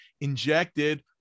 injected